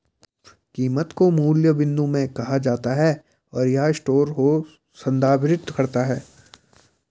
कीमत को मूल्य बिंदु भी कहा जाता है, और यह स्टोर को संदर्भित करता है